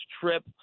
trip